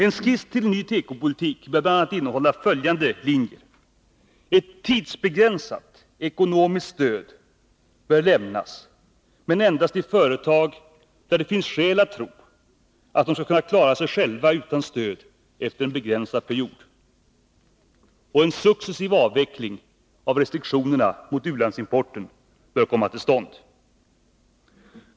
En skiss till en ny tekopolitik bör innehålla bl.a. följande linjer: ett tidsbegränsat ekonomiskt stöd bör lämnas, men endast till företag där det finns skäl att tro att de skall kunna klara sig själva utan stöd efter en begränsad period, och en successiv avveckling av restriktionerna mot u-landsimporten bör komma till stånd.